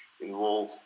involve